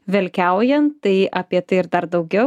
velkiaujant tai apie tai ir dar daugiau